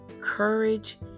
courage